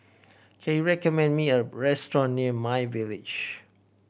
can you recommend me a restaurant near my Village